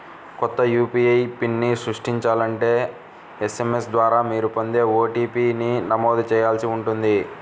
కొత్త యూ.పీ.ఐ పిన్ని సృష్టించాలంటే ఎస్.ఎం.ఎస్ ద్వారా మీరు పొందే ఓ.టీ.పీ ని నమోదు చేయాల్సి ఉంటుంది